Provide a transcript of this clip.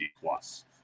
plus